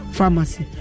Pharmacy